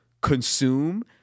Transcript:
consume—